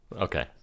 okay